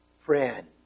friend